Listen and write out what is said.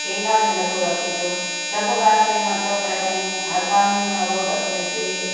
कंहिं ॻाल्हि में नथो रखे पियो सभु ॻाल्हि में मतिलबु कयो अथई हर ॻाल्हि में माना रोड ॾिसे